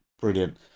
brilliant